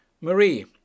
marie